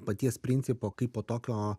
paties principo kaipo tokio